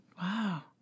Wow